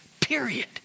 period